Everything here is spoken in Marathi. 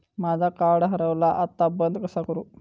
माझा कार्ड हरवला आता बंद कसा करू?